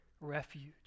refuge